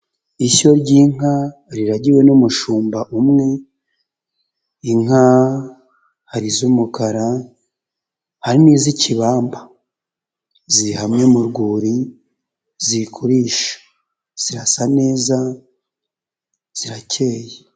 Ishyo ry'inka riragiwe n'umushumba umwe inka hari iz'umukara, hari n'iz'ikibamba ziri hamwe mu rwuri ziri kurisha, zirasa neza zirakeye.